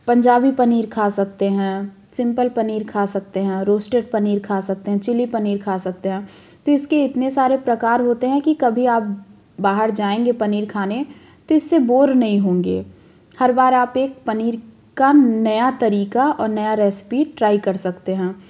पंजाबी पनीर खा सकते हैं सिम्पल पनीर खा सकते हैं रोस्टेड पनीर खा सकते हैं चिली पनीर खा सकते हैं तो इसके इतने सारे प्रकार होते हैं कि कभी आप बाहर जाएँगे पनीर खाने तो इससे बोर नहीं होंगे हर बार आप एक पनीर का नया तरीका और नया रेसिपी ट्राई कर सकते हैं